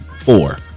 Four